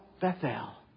Bethel